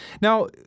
now